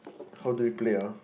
how do we play ah